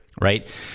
right